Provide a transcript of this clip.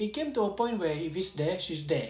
it came to a point where if riz there she's there